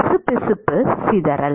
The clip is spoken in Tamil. பிசுபிசுப்பு சிதறல்